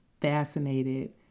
fascinated